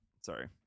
Sorry